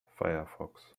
firefox